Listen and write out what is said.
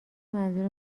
منظور